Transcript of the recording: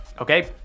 Okay